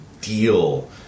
deal